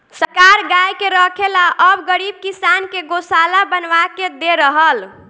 सरकार गाय के रखे ला अब गरीब किसान के गोशाला बनवा के दे रहल